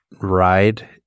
ride